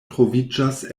troviĝas